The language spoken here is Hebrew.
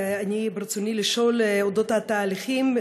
ברצוני לשאול על אודות התהליכים,